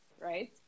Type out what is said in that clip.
right